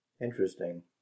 Interesting